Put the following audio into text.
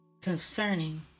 concerning